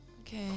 okay